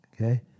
Okay